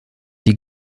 die